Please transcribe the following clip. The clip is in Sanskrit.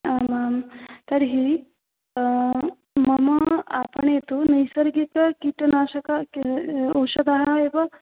आम् आं तर्हि मम आपणे तु नैसर्गिककीटनाशक औषधम् एव